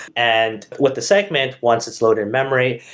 and what the segment, once it's loaded in-memory,